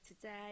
today